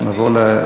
אוקיי.